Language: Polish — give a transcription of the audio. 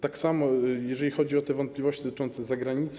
Tak samo, jeżeli chodzi o te wątpliwości dotyczące zagranicy.